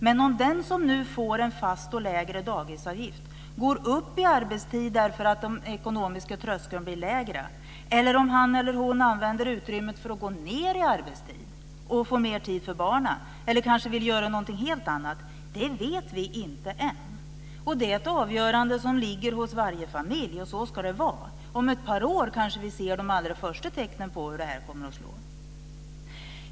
Men om den som nu får en fast och lägre dagisavgift går upp i arbetstid därför att den ekonomiska tröskeln blir lägre, använder utrymmet för att gå ned i arbetstid och få mer tid för barnen eller kanske vill göra något helt annat, det vet vi inte ännu. Det är ett avgörande som ligger hos varje familj, och så ska det vara. Om ett par år kanske vi ser de allra första tecknen på hur det här kommer att slå.